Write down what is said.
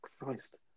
Christ